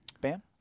Bam